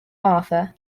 arthur